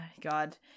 God